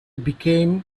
became